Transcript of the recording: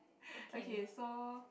okay so